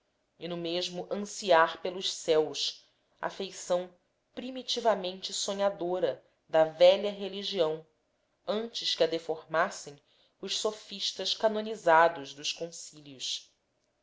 e no mesmo ansiar pelos céus a feição primitivamente sonhadora da velha religião antes que a deformassem os sofistas canonizados dos concílios